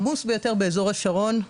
עמוס ביותר באזור השרון,